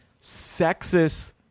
sexist